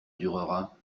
durera